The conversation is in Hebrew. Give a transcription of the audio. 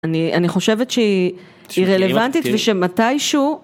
אני חושבת שהיא רלוונטית ושמתישהו